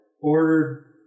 ordered